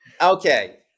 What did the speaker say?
Okay